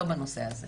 לא בנושא הזה.